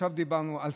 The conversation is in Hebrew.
עכשיו דיברנו עליו,